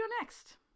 next